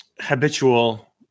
habitual